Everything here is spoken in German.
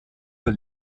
für